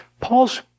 Paul's